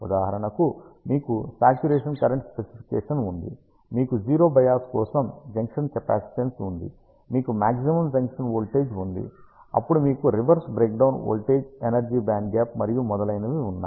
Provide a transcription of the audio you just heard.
ఉదాహరణకు మీకు saturation current specification ఉంది మీకు జీరో బయాస్ కోసం జంక్షన్ కెపాసిటెన్స్ ఉంది మీకు మాగ్జిమం జంక్షన్ వోల్టేజ్ ఉంది అప్పుడు మీకు reverse breakdown voltage energy band gap మరియు మొదలైనవి ఉన్నాయి